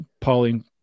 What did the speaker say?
Pauline